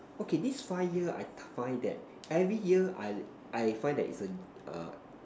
okay this five year I find that every year I I find that it's a err